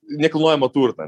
nekilnojamą turtą